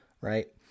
right